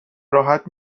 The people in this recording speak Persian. راحت